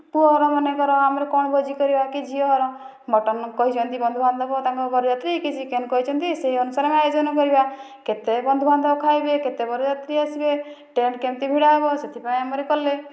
ପୁଅଘର ମନେକର ଆମର କ'ଣ ଭୋଜି କରିବା କି ଝିଅଘର ମଟନ୍ କହିଛନ୍ତି ବନ୍ଧୁବାନ୍ଧବ ତାଙ୍କ ବରଯାତ୍ରୀ କି ଚିକେନ୍ କହିଛନ୍ତି ସେହି ଅନୁସାରେ ଆମେ ଆୟୋଜନ କରିବା କେତେ ବନ୍ଧୁ ବାନ୍ଧବ ଖାଇବେ କେତେ ବରଯାତ୍ରୀ ଆସିବେ ଟେଣ୍ଟ୍ କେମିତି ଭିଡ଼ା ହେବ ସେଥିପାଇଁ ଆମର କଲେ